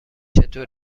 چطور